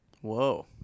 Whoa